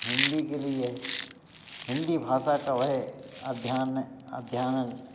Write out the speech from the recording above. हिन्दी के लिए हिन्दी भाषा का वह अध्ययन अध्ययन